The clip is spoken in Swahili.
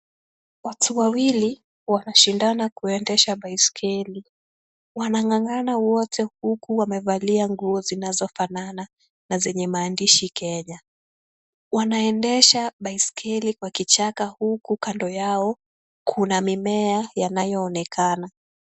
Watu wawili wanashindana kuendesha baiskeli. Wanang'ang'ana wote huku wamevalia nguo zinazofanana na zenye maandishi Kenya. Wanaendesha baiskeli kwa kichaka huku kando yao kuna mimea inayoonekana.